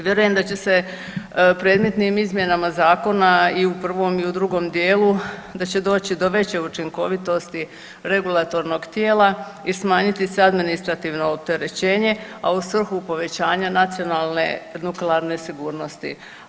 Vjerujem da će se predmetnim izmjenama zakona i u prvom i u drugom dijelu da će doći do veće učinkovitosti regulatornog tijela i smanjiti se administrativno opterećenje, a u svrhu povećanja nacionalne nuklearne sigurnosti.